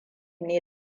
ne